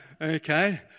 okay